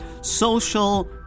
social